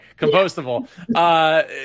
compostable